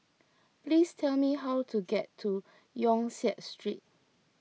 please tell me how to get to Yong Siak Street